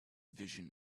vision